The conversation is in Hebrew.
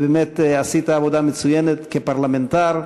באמת עשית עבודה מצוינת כפרלמנטר.